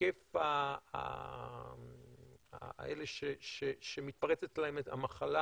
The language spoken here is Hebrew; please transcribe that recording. היקף אלה שמתפרצת אצלם המחלה,